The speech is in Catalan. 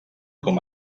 com